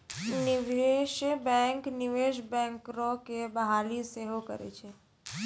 निवेशे बैंक, निवेश बैंकरो के बहाली सेहो करै छै